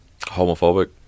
Homophobic